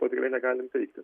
to tikrai negalim teigti